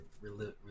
relive